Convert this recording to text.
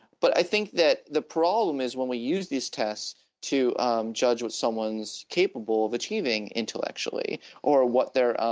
but i think that the problem is that when we use these tests to judge what's someone's capable of achieving intellectually or what there are,